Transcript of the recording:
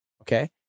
Okay